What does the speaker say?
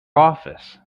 office